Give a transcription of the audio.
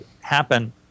happen